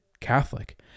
Catholic